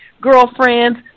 girlfriends